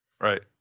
Right